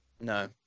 No